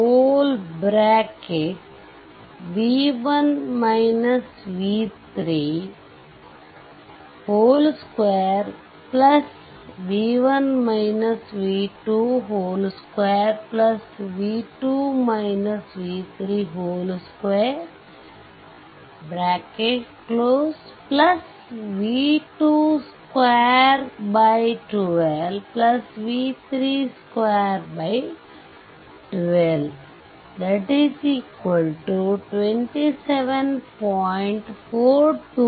P 16v1 v32 v1 v22v2 v32v2212v3212 27